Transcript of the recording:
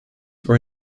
were